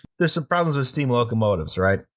there's some problems with steam locomotives, right?